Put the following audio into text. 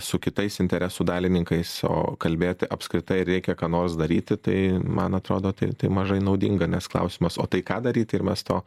su kitais interesų dalininkais o kalbėti apskritai ar reikia ką nors daryti tai man atrodo tai tai mažai naudinga nes klausimas o tai ką daryti ir mes to